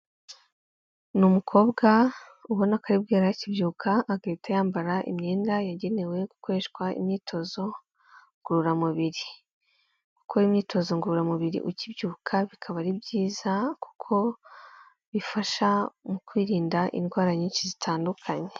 Ni umukobwa ubona ko aribwo yari akibyuka, agahita yambara imyenda yagenewe gukoreshwa imyitozo ngororamubiri. Gukora imyitozo ngororamubiri ukibyuka bikaba ari byiza, kuko bifasha mu kwirinda indwara nyinshi zitandukanye.